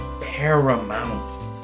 paramount